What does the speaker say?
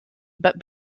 but